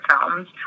films